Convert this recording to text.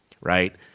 right